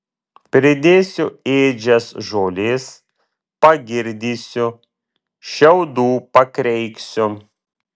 pridėsiu ėdžias žolės pagirdysiu šiaudų pakreiksiu